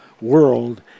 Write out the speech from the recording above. world